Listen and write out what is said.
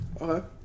Okay